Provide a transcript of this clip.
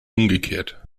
umgekehrt